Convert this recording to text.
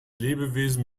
lebewesen